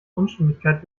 unstimmigkeit